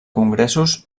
congressos